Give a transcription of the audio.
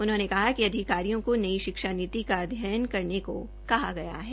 उन्होंने कहा कि अधिकारियों को नई शिक्षा नीति का अध्ययन करने को कहा गया है